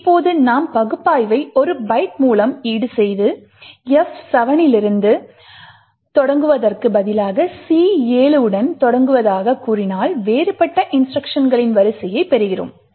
இப்போது நாம் பகுப்பாய்வை 1 பைட் மூலம் ஈடுசெய்து F7 இலிருந்து தொடங்குவதற்கு பதிலாக C7 உடன் தொடங்குவதாகக் கூறினால் வேறுபட்ட இன்ஸ்ட்ருக்ஷன்களின் வரிசையை பெறுகிறோம்